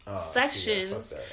sections